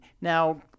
Now